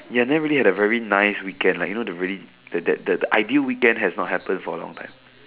ya never really had a very nice weekend like you know the the ideal weekend has not happened for a long time